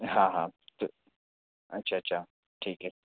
हाँ हाँ अच्छा अच्छा ठीक है